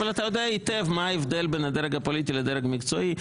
אבל אתה יודע היטב מה ההבדל בין הדרג הפוליטי לדרג מקצועי.